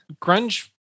grunge